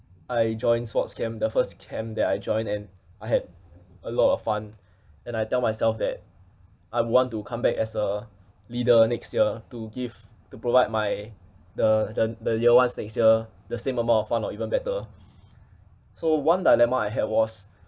I join sports camp the first camp that I joined and I had a lot of fun and I tell myself that I want to come back as a leader next year to give to provide my the the year one next year the same amount of fun or even better so one dilemma I had was